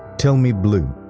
tell me blue.